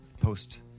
post